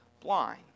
blind